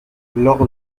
lors